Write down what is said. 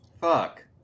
fuck